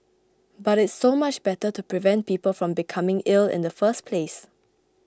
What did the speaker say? but it's so much better to prevent people from becoming ill in the first place